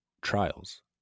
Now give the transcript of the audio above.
trials